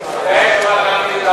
מתבייש, לא, לא,